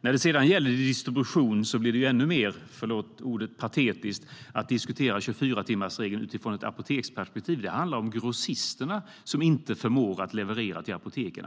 När det sedan gäller distribution blir det ännu mer patetiskt att diskutera 24-timmarsregeln utifrån ett apoteksperspektiv. Det handlar om att grossisterna inte förmår att leverera till apoteken.